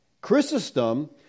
Chrysostom